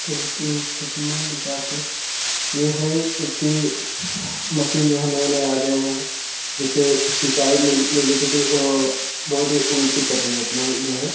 कृषि क्षेत्र में विकास के यह है कि मशीन जो है नए नए आ गए हैं जैसे सिंचाई में ले ले तो वह बहुत ही उन्नति कर रही है अपना जो है